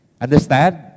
Understand